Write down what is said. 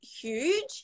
huge